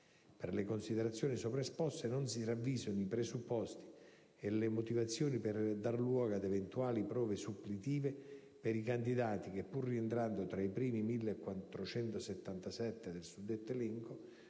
Per le considerazioni sopra esposte non si ravvisano i presupposti e le motivazioni per dar luogo ad eventuali prove suppletive per i candidati che, pur rientrando tra i primi 1.477 del suddetto elenco,